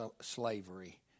slavery